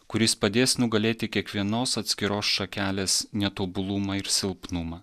kuris padės nugalėti kiekvienos atskiros šakelės netobulumą ir silpnumą